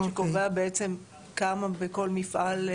שקובע בעצם כמה בכל מפעל,